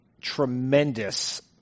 tremendous